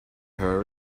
her